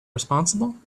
responsible